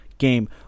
game